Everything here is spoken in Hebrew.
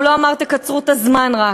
הוא לא אמר תקצרו את הזמן רק,